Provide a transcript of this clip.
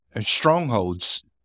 strongholds